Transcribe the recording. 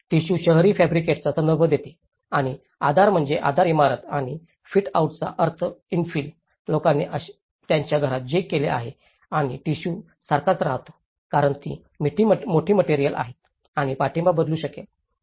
tissue शहरी फॅब्रिकचा संदर्भ देते आणि आधार म्हणजे आधार इमारत आणि फिटआउटचा अर्थ इंफिल लोकांनी त्यांच्या घरात जे केले आहे आणि टिशू सारखाच राहतो कारण ती मोठी मटेरिअल्स आहे आणि पाठिंबा बदलू शकेल